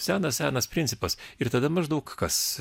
senas senas principas ir tada maždaug kas